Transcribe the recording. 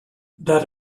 that